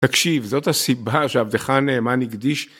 תקשיב זאת הסיבה שעבדך הנאמן הקדיש